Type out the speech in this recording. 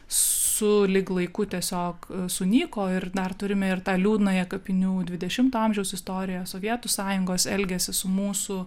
sulig laiku tiesiog sunyko ir dar turime ir tą liūdnąją kapinių dvidešimto amžiaus istoriją sovietų sąjungos elgiasį su mūsų